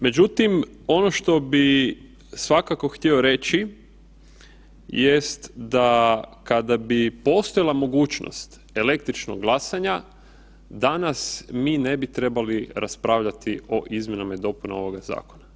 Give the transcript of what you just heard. Međutim, ono što bih svakako htio reći jest da kada bi postojala mogućnost električnog glasanja, danas mi ne bi trebali raspravljati o izmjenama i dopunama ovog zakona.